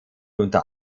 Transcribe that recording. unter